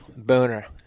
booner